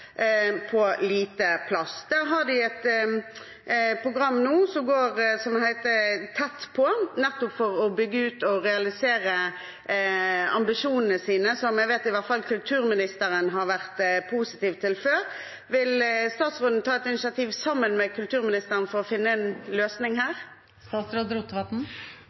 på lite plass. De har et program nå som heter Tett på, nettopp for å bygge ut og realisere ambisjonene sine, som jeg vet at i hvert fall kulturministeren har vært positiv til før. Vil statsråden ta et initiativ sammen med kulturministeren for å finne en løsning her?